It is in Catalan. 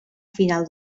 final